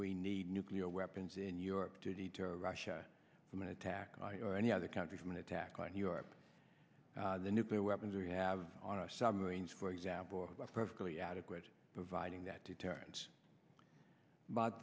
we need nuclear weapons in europe to deter russia from an attack or any other country from an attack on europe the nuclear weapons we have on our submarines for example perfectly adequate providing that deterrence but